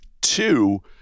Two